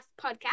podcast